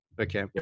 Okay